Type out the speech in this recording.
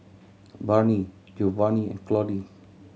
Barney Jovanni Claudie